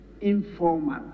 Informal